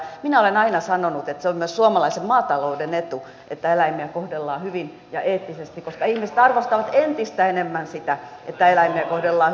minä olen aina sanonut että se on myös suomalaisen maatalouden etu että eläimiä kohdellaan hyvin ja eettisesti koska ihmiset arvostavat entistä enemmän sitä että eläimiä kohdellaan hyvin